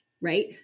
right